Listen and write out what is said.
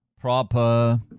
Proper